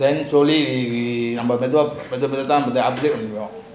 then slowly we we நம்ம மீது மெதுவா தான் முடியும்:amma meathu meathuva thaan mudiyum